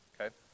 Okay